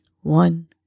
One